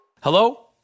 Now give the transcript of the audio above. hello